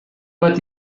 bat